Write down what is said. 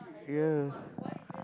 ya